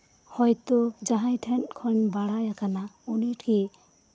ᱦᱚᱭᱛᱳ ᱡᱟᱦᱟᱸᱭ ᱴᱷᱮᱱ ᱠᱷᱚᱱ ᱵᱟᱲᱟᱭ ᱟᱠᱟᱱᱟ ᱩᱱᱤ ᱜᱮ